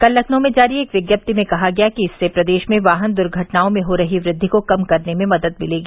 कल लखनऊ में जारी एक विज्ञप्ति में कहा गया कि इससे प्रदेश में वाहन दुर्घटनाओं में हो रही वृद्धि को कम करने में मदद मिलेगी